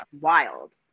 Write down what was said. wild